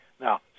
Now